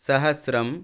सहस्रम्